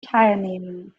teilnehmen